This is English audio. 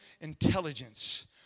intelligence